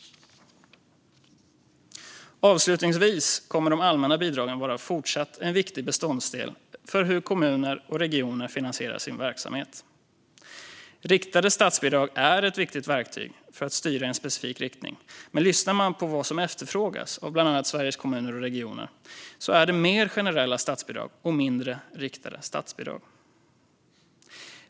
De allmänna bidragen kommer fortsatt att vara en viktig beståndsdel när kommuner och regioner finansierar sin verksamhet. Riktade statsbidrag är ett viktigt verktyg för att styra i en specifik riktning, men det som efterfrågas av bland annat Sveriges Kommuner och Regioner är mer generella statsbidrag och mindre riktade statsbidrag.